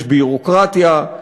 יש ביורוקרטיה,